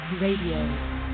Radio